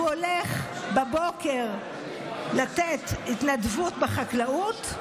הוא הולך בבוקר לתת התנדבות בחקלאות,